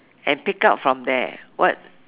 and take up from there what